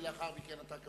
ולאחר מכן אתה,